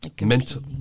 Mental